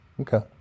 okay